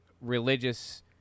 religious